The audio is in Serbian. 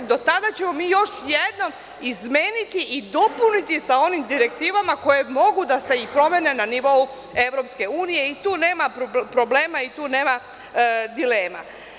Do tada ćemo mi još jednom izmeniti i dopuniti sa onim direktivama koje mogu i da se promene na nivou EU i tu nema problema i tu nema dilema.